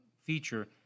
feature